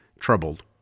troubled